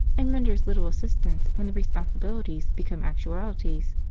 and renders little assistance when the responsibilities become actualities.